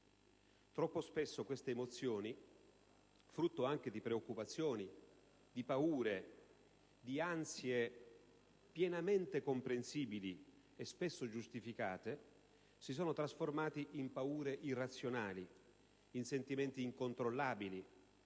Troppo spesso queste emozioni, frutto anche di preoccupazioni, di paure, di ansie pienamente comprensibili e spesso giustificate, si sono trasformate in paure irrazionali, in sentimenti incontrollabili,